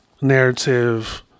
narrative